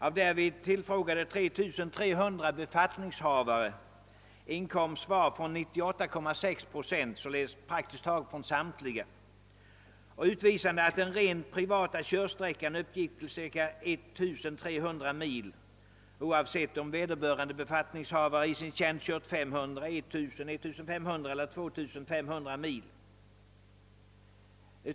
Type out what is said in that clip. Av därvid tillfrågade 3 300 befattningshavare inkom svar från 98,6 4, utvisande att den rent privata körsträckan uppgick till ca 1 300 mil, oavsett om vederbörande befattningshavare i sin tjänst kört 500, 1 000, 1500 eller 2500 mil».